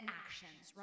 actions